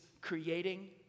creating